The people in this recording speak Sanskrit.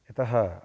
यतः